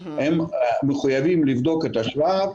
הם מחויבים לבדוק את השבב,